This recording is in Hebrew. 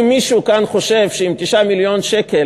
האם מישהו כאן חושב שעם 9 מיליון שקלים